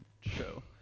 show